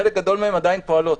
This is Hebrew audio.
חלק גדול מהן עדיין פועלות.